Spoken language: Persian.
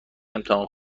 امتحان